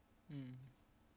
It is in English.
mm